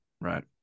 Right